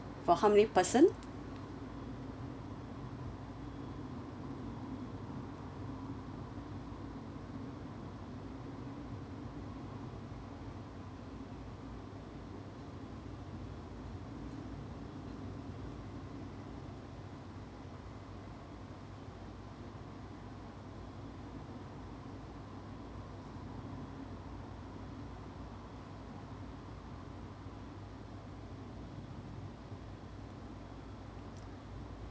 for how many person